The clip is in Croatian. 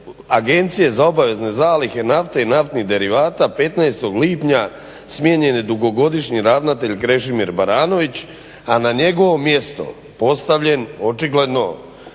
agencije za obavezne zalihe nafte i naftnih derivata 15. lipnja smijenjen je dugogodišnji ravnatelj Krešimir Baranović a na njegovo mjesto postavljen očigledno